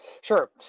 Sure